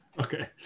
Okay